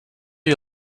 you